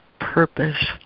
purpose